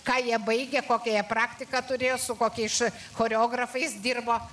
ką jie baigė kokią jie praktiką turėjo su kokiais choreografais dirbo